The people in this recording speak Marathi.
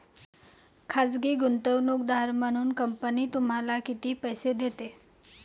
खाजगी गुंतवणूकदार म्हणून कंपनी तुम्हाला किती पैसे देते?